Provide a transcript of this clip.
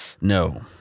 No